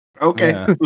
okay